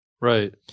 Right